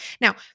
Now